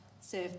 serve